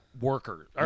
workers